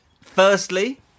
Firstly